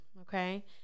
okay